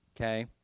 Okay